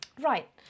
Right